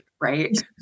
right